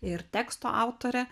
ir teksto autorė